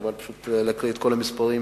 חבל פשוט להקריא את כל המספרים